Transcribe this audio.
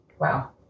Wow